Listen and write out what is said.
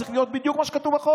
צריך להיות בדיוק מה שכתוב בחוק.